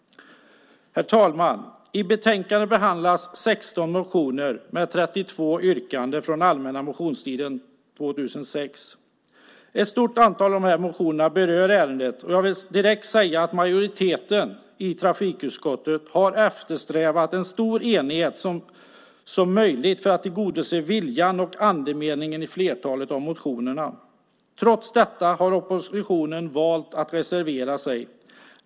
Herr talman! I betänkandet behandlas 16 motioner med 32 yrkanden från den allmänna motionstiden 2006. Ett stort antal motioner berör ärendet. Majoriteten i trafikutskottet har eftersträvat en så stor enighet som möjligt för att tillmötesgå viljan och andemeningen i flertalet av motionerna. Trots detta har oppositionen valt att reservera sig.